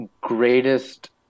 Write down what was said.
greatest